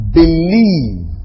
believe